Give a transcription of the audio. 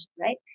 right